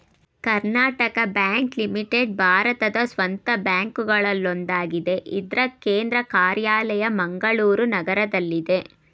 Karnataka Bank Limited ಭಾರತದ ಸ್ವಂತ ಬ್ಯಾಂಕ್ಗಳಲ್ಲೊಂದಾಗಿದೆ ಇದ್ರ ಕೇಂದ್ರ ಕಾರ್ಯಾಲಯ ಮಂಗಳೂರು ನಗರದಲ್ಲಿದೆ